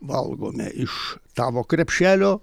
valgome iš tavo krepšelio